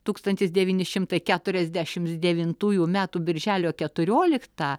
tūkstantis devyni šimtai keturiasdešimt devintųjų metų birželio keturiolikta